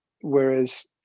whereas